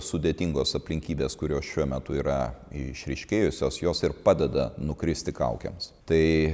sudėtingos aplinkybės kurios šiuo metu yra išryškėjusios jos ir padeda nukristi kaukėms tai